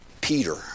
Peter